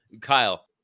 Kyle